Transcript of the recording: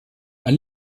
ein